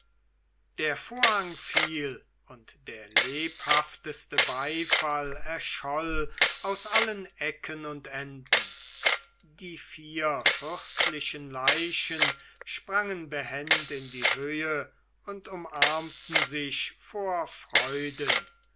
der vorhang fiel und der lebhafteste beifall erscholl aus allen ecken und enden die vier fürstlichen leichen sprangen behend in die höhe und umarmten sich vor freuden